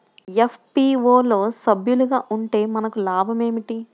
FPO లో సభ్యులుగా ఉంటే మనకు లాభం ఏమిటి?